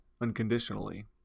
unconditionally